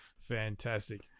Fantastic